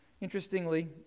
Interestingly